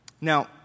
Now